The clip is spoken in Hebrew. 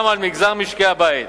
גם על מגזר משקי-הבית.